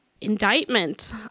indictment